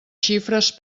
xifres